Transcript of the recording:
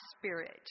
spirit